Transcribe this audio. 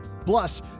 plus